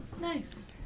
Nice